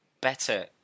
better